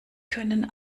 können